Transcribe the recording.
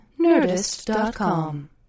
Nerdist.com